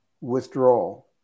withdrawal